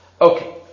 Okay